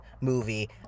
movie